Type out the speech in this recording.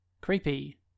Creepy